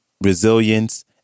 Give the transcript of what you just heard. Resilience